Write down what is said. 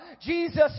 Jesus